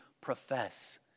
profess